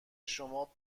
شما